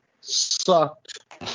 sucked